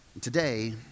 today